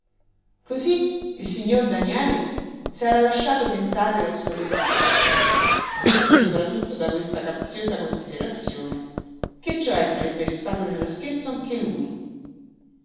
cosí il signor daniele s'era lasciato tentare dal suo demonio vinto sopra tutto da questa capziosa considerazione che cioè sarebbe restato nello scherzo anche lui